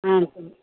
ஆ சரி